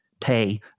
pay